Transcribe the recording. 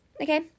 okay